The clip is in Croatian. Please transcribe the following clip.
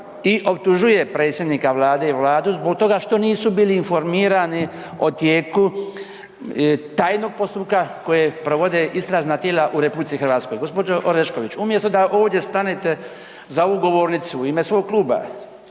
i optužuje predsjednika Vlade i Vladu zbog toga što nisu bili informirani o tijeku tajnog postupka koje provode istražna tijela u RH. Gospođo Orešković umjesto da ovdje stane, za ovu govornicu u ime svog kluba